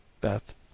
Beth